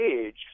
age